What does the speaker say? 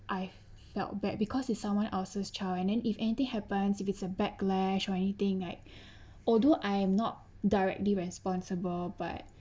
I felt bad because it's someone else's child and then if anything happened if it's a backlash or anything like although I am not directly responsible but